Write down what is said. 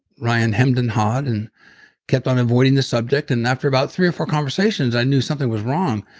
ryan hemmed and hawed and kept on avoiding the subject, and after about three or four conversations, i knew something was wrong.